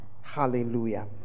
Hallelujah